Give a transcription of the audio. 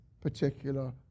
particular